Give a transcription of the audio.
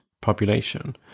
population